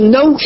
no